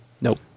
Nope